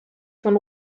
von